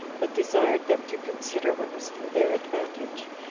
but desired them to consider what was for their advantage,